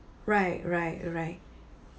right right right